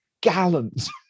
gallons